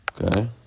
Okay